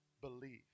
believe